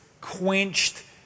quenched